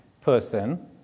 person